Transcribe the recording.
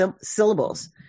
syllables